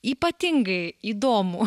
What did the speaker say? ypatingai įdomų